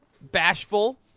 bashful